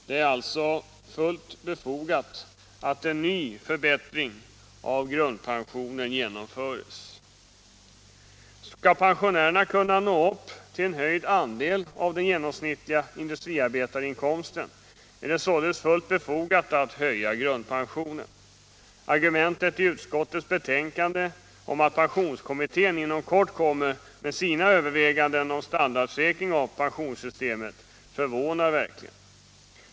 Det är alltså fullt befogat att en ny förbättring av grundpensionen genomförs. Skall pensionärerna kunna nå upp till en höjd andel av den genomsnittliga industriarbetarinkomsten är det fullt befogat att höja grundpensionen. Argumentet i utskottets betänkande att pensionskommittén inom kort kommer med sina överväganden om standardsäkring av pensionssystemet förvånar verkligen.